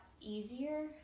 easier